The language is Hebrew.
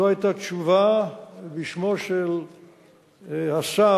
זו היתה תשובה בשמו של השר,